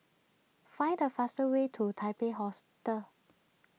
find the fastest way to Taipei Hostel